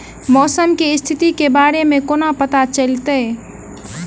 मौसम केँ स्थिति केँ बारे मे कोना पत्ता चलितै?